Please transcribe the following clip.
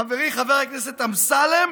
חברי חבר הכנסת אמסלם,